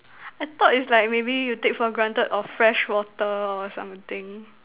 I thought is like maybe you take for granted of fresh water or something